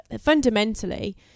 fundamentally